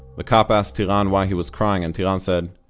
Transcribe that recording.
the cop asked tiran why he was crying and tiran said,